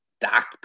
Doc